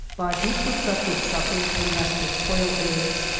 but he puts up with sucking a nest of quail eggs,